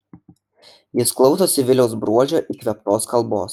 jis klausosi viliaus bruožio įkvėptos kalbos